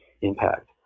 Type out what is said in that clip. impact